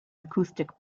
acoustic